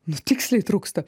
nu tiksliai trūksta